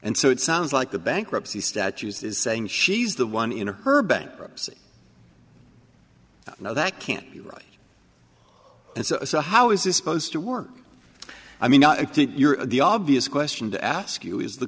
and so it sounds like the bankruptcy statues is saying she's the one in her bankruptcy now that can't be right as a how is this supposed to work i mean i think the obvious question to ask you is the